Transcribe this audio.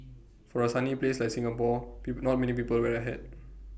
for A sunny place like Singapore people not many people wear A hat